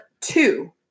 two